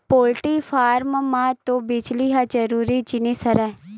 poultry farm म तो बिजली ह जरूरी जिनिस हरय